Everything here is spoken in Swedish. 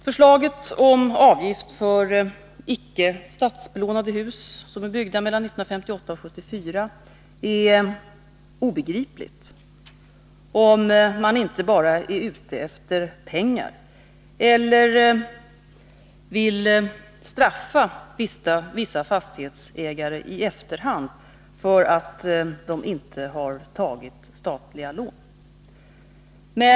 Förslaget om avgift för icke statsbelånade hus som är byggda mellan 1958 och 1974 är obegripligt, om man inte bara är ute efter pengar eller vill straffa vissa fastighetsägare i efterhand för att de inte har tagit statliga lån.